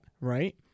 right